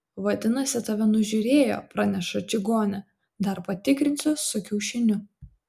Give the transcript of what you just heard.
vadinasi tave nužiūrėjo praneša čigonė dar patikrinsiu su kiaušiniu